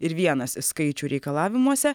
ir vienas iš skaičių reikalavimuose